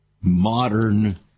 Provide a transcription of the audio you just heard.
modern